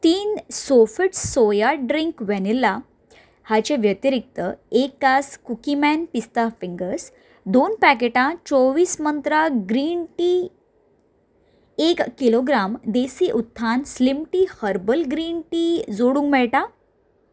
तीन Sofit soya drink vanilla हांचे व्यतिरीक्त एक कास कुकीमॅन पिस्ता फिंगर्स दोन पॅकेटां चोवीस मंत्रा ग्रीन टी एक kilogram Desi Utthan slim tea herbal green tea जोडूंक मेळटा